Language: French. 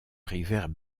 arrivèrent